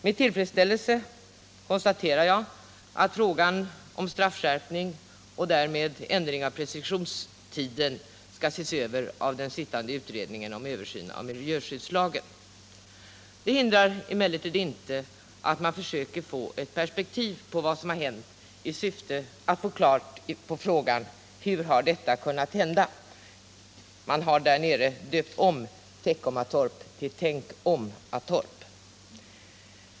Med tillfredsställelse konstaterar jag att frågan om straffskärpning och därmed ändring av preskriptionstiden skall ses över av den sittande utredningen om översyn av miljöskyddslagen. Det hindrar emellertid inte att man försöker få ett perspektiv på vad som har hänt i syfte att få svar på frågan hur detta har kunnat hända. Man har nere i Skåne döpt om Teckomatorp till ”Tänkomatorp”.